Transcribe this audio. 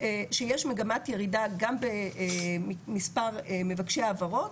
שיש מגמת ירידה גם במספר מבקשי ההעברות,